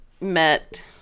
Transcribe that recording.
met